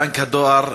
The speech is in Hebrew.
בנק הדואר,